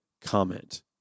comment